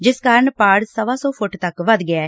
ਜਿਸ ਕਾਰਨ ਪਾੜ ਸਵਾ ਸੌ ਫੁੱਟ ਤੱਕ ਵਧ ਗਿਐ